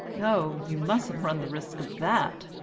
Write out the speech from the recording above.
oh, you mustn't run the risk of that.